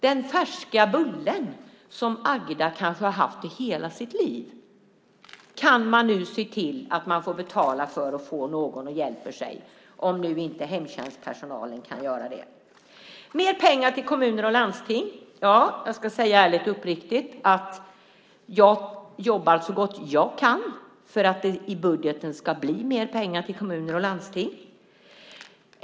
Den färska bullen som Agda kanske har haft i hela sitt liv kan man nu se till att få betala för och få någon som hjälper en, om nu inte hemtjänstpersonalen kan göra det. Mer pengar till kommuner och landsting! Jag ska säga ärligt och uppriktigt att jag jobbar så gott jag kan för att det i budgeten ska bli mer pengar till kommuner och landsting.